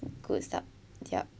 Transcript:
good stuff ya